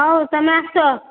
ହଉ ତୁମେ ଆସ